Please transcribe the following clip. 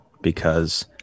because-